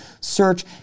search